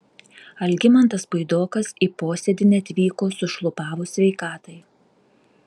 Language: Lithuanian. algimantas puidokas į posėdį neatvyko sušlubavus sveikatai